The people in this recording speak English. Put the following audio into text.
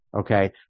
Okay